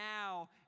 now